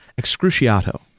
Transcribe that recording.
Excruciato